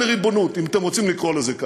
סייג לריבונות, אם אתם רוצים לקרוא לזה כך.